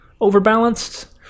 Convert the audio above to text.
overbalanced